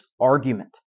argument